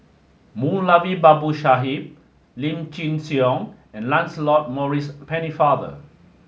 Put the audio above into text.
Moulavi Babu Sahib Lim Chin Siong and Lancelot Maurice Pennefather